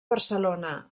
barcelona